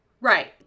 right